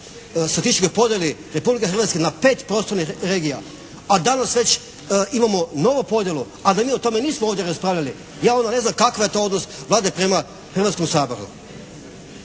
statističkoj podjeli Republike Hrvatske na 5 prostornih regija, a danas već imamo novu podjelu, a da mi o tome nismo ovdje raspravljali ja onda ne znam kakav je to odnos Vlade prema Hrvatskom saboru.